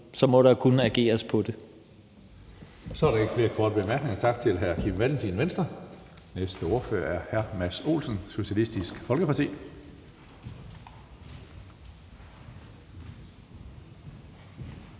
næstformand (Karsten Hønge): Så er der ikke flere korte bemærkninger. Tak til hr. Kim Valentin, Venstre. Næste ordfører er hr. Mads Olsen, Socialistisk Folkeparti.